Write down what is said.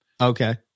Okay